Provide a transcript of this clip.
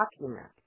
document